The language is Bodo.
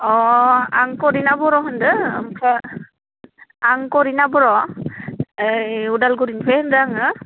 हेल' अ आं करिना बर' होन्दो ओमफ्राय आं खरिना बर' ओइ उदालगुरनिफ्राय होनदो आङो